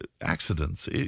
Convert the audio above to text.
accidents